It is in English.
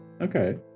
Okay